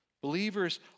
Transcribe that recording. Believers